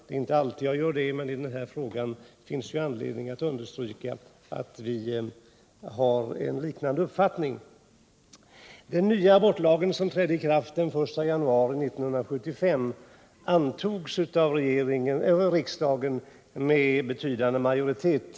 Det är inte alltid jag delar fru Troedssons uppfattning, men i denna fråga finns det anledning att understryka att vi har liknande ståndpunkter. Den nya abortlagen, som trädde i kraft den 1 januari 1975, antogs av riksdagen med betydande majoritet.